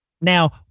Now